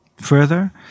further